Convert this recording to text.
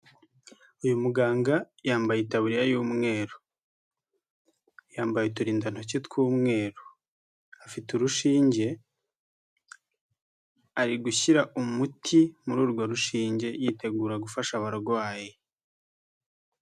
Uyu muganga yambaye itaburiya y'umweru, yambaye uturindantoki tw'umweru, afite urushinge ari gushyira umuti muri urwo rushinge yitegura gufasha abarwayi.